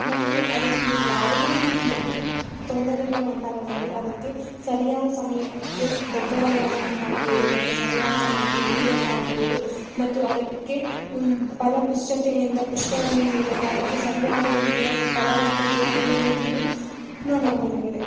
ಮತ್ತು ಅದಕ್ಕೆ ಯಾವುದೇ ರೀತಿಯಲ್ಲಿ ತೊಂದರೆಗಳು ಉಂಟಾಗದಂತೆ ಅದಕ್ಕೆ ಸರಿಯಾದ ಸಮಯಕ್ಕೆ ಗೊಬ್ಬರಗಳನ್ನು ಹಾಕುವುದು ಮತ್ತು ಸರಿಯಾದ ಸಮಯಕ್ಕೆ ನೀರನ್ನು ಹಾಕುವುದು ಮತ್ತು ಅದಕ್ಕೆ ಫಲ ಪುಷ್ಯತೆಯಿಂದ ಪುಷ್ಪವನ್ನು ನೀಡಲು ಅದಕ್ಕೆ ಸರಿಯಾದ ರೀತಿಯ ಫಲವತ್ತತೆಯ ಭೂಮಿಯನ್ನು ನೋಡಬಹುದಾಗಿದೆ